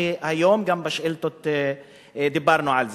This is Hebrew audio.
והיום בשאילתות דיברנו על זה.